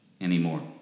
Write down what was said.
anymore